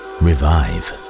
revive